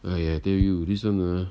哎呀 tell you this one ah